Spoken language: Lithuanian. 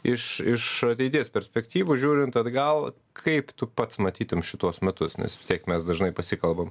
iš iš ateities perspektyvos žiūrint atgal kaip tu pats matytum šituos metus nes vis tiek mes dažnai pasikalbam